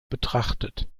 betrachtet